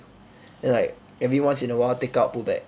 then like every once in a while take out put back